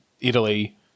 Italy